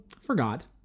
forgot